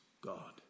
God